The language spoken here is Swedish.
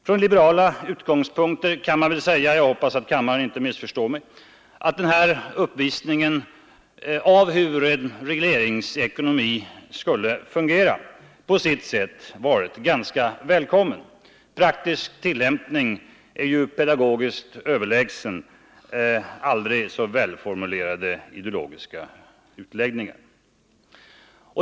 Från liberala utgångspunkter kan man väl säga — och jag hoppas att kammaren inte missförstår mig — att den här uppvisningen i hur en regleringsekonomi skulle fungera på sitt sätt varit ganska välkommen. Praktisk tillämpning är ju pedagogiskt överlägsen aldrig så välformulerade ideologiska utläggningar.